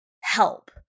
help